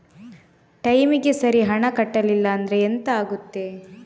ಟೈಮಿಗೆ ಸರಿ ಹಣ ಕಟ್ಟಲಿಲ್ಲ ಅಂದ್ರೆ ಎಂಥ ಆಗುತ್ತೆ?